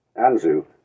Anzu